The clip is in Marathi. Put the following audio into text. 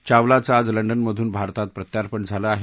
चावलाचं आजच लंडनमधून भारतात प्रत्यार्पण झालं आहे